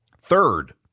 Third